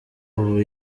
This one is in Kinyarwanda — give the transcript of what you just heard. ubu